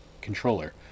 controller